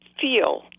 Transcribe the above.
feel